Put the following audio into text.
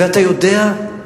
ואתה יודע,